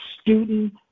student